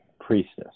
priestess